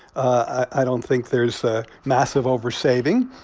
i don't think there's ah massive oversaving,